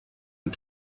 you